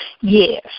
Yes